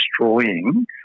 destroying